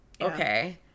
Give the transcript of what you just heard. okay